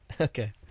Okay